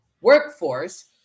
workforce